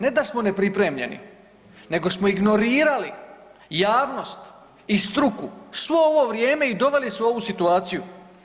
Ne da smo nepripremljeni nego smo ignorirali javnost i struku svo ovo vrijeme i doveli se u ovu situaciju.